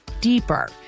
deeper